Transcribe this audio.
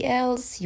else